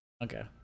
Okay